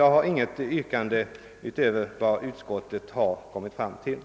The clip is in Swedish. Jag har inte något annat yrkande än bifall till utskottets hemställan.